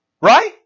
Right